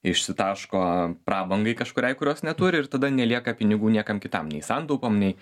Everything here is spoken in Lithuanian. išsitaško prabangai kažkuriai kurios neturi ir tada nelieka pinigų niekam kitam nei santaupom nei